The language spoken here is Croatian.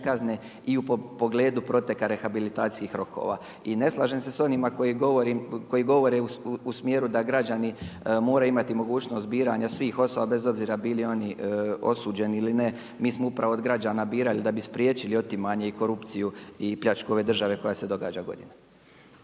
i u pogledu proteka rehabilitacijskih rokova. I ne slažem se s onima koji govore u smjeru da građani moraju imati mogućnost biranja svih osoba bez obzira bili oni osuđeni ili ne. Mi smo upravo od građana birani da bi spriječili otimanje i korupciju i pljačku ove države koja se događa godinama.